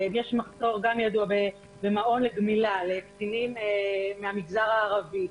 מחסור ידוע במעון לגמילה לקטינים מהמגזר הערבי,